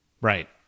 right